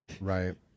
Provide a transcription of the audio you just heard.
Right